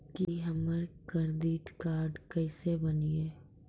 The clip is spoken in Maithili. की हमर करदीद कार्ड केसे बनिये?